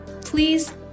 Please